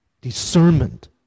discernment